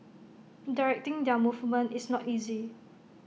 directing their movement is not easy